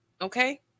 okay